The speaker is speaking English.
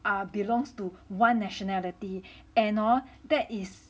are belongs to one nationality and hor that is